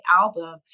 album